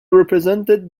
represented